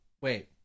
Wait